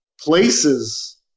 places